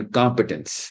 competence